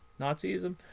nazism